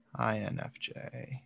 INFJ